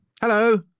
Hello